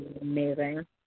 amazing